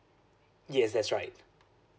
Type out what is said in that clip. yes that's right